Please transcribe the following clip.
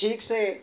ଠିକ୍ ସେ